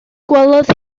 gwelodd